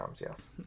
yes